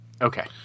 Okay